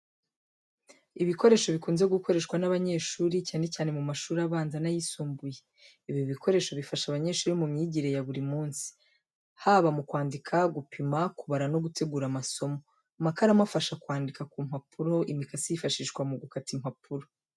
Ibikoresho bikunze gukoreshwa n’abanyeshuri, cyane cyane mu mashuri abanza n'ayisumbuye. Ibi bikoresho bifasha abanyeshuri mu myigire ya buri munsi, haba mu kwandika, gupima, kubara no gutegura amasomo. Amakaramu afasha kwandika ku mpapuro, imikasi yifashishwa mu gukata impapuro.